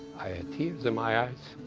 i had tears in my eyes.